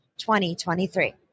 2023